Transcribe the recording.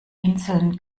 inseln